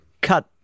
cut